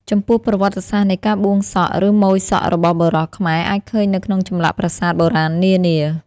ចំពោះប្រវត្តិសាស្ត្រនៃការបួងសក់ឬម៉ូយសក់របស់បុរសខ្មែរអាចឃើញនៅក្នុងចម្លាក់ប្រាសាទបុរាណនានា។